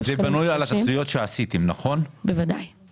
שקלים חדשים ומתקציב פיתוח וחשבון הון